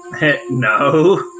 No